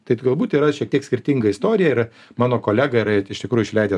tai tai galbūt yra šiek tiek skirtinga istorija ir mano kolega yra iš tikrųjų išleidęs